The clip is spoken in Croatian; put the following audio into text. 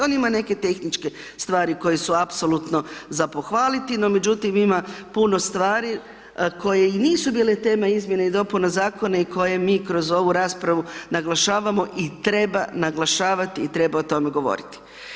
On ima neke tehničke stvari koje su apsolutno za pohvaliti no međutim ima puno stvari koje i nisu bile tema izmjena i dopuna zakona i koje mi kroz ovu raspravu naglašavamo i treba naglašavati i treba o tome govoriti.